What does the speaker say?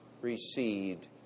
received